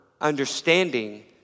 understanding